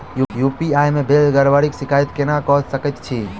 UPI मे भेल गड़बड़ीक शिकायत केना कऽ सकैत छी?